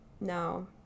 no